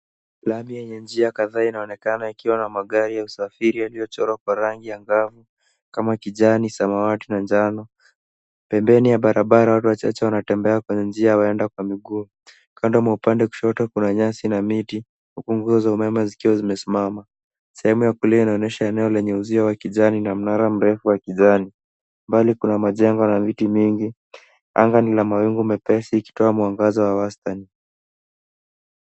Lami yenye njia kadhaa inaonekana ikiwa na magari ya usafiri yaliyo chorwa rangi agavu kama kijani ,samawati na njano, pembeni ya barabara watu wachache wanatembea kwenye njia waenda kwa miguu ,kando kwa upande kushoto kuna nyasi na miti huku nguvu za umeme zikiwa zimesimama ,sehemu ya kulia inaonyesha eneo lenye uzio wa kijani na mnara mrefu wa kijani bali kuna majengo na miti mingi anga ni la mawingu mepesi ikitoa mwangaza wa wastani.